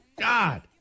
God